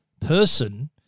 person